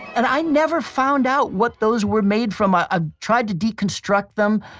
and i never found out what those were made from, i ah tried to deconstruct them,